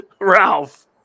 Ralph